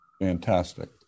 Fantastic